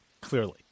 clearly